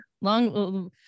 long